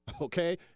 okay